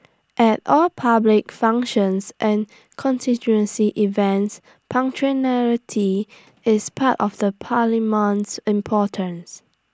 at all public functions and constituency events punctuality is part of the paramount importance